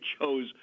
chose